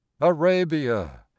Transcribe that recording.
Arabia